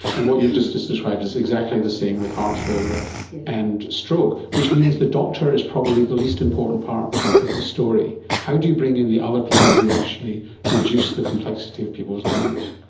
and what you've just just described is exactly the same with heart failure and stroke, which means the doctor is probably the least important part of the story. how do you bring in the other people who actually reduce the complexity of people's lives?